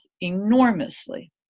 enormously